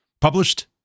published